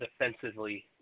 defensively